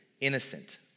innocent